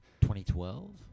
2012